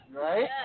right